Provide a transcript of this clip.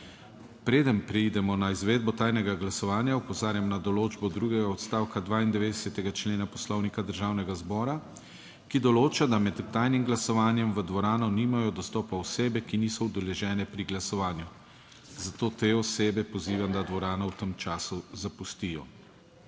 Preden preidemo na izvedbo tajnega glasovanja, opozarjam na določbo drugega odstavka 92. člena Poslovnika Državnega zbora, ki določa, da med tajnim glasovanjem v dvorano nimajo dostopa osebe, ki niso udeležene pri glasovanju, zato te osebe pozivam, da dvorano v tem času zapustijo.